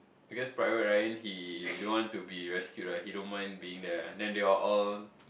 because private Ryan he don't want to be rescued ah he don't mind being the then they all all